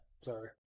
Sorry